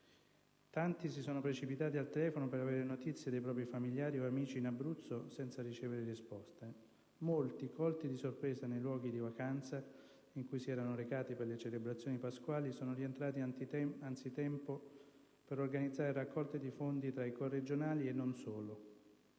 Tanti si sono precipitati al telefono per avere notizie dei propri familiari o amici in Abruzzo, senza ricevere risposta. Molti, colti di sorpresa nei luoghi di vacanza (in cui si erano recati per le celebrazioni pasquali), sono rientrati anzitempo per organizzare raccolte di fondi tra i corregionali e non solo.